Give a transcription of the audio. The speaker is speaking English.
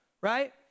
right